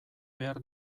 behar